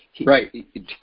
Right